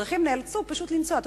התושבים נאלצו פשוט לנסוע.